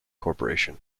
corporation